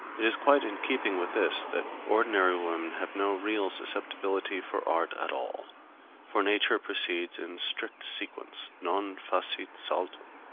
it is quite in keeping with this that ordinary women have no real susceptibility for art at all for nature proceeds in strict sequence non facit saltum.